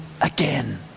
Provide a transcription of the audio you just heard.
again